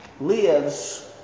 lives